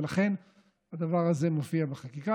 לכן הדבר הזה מופיע בחקיקה.